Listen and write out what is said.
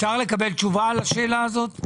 אפשר לקבל תשובה על השאלה הזאת?